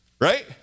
Right